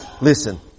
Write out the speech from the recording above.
Listen